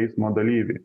eismo dalyvį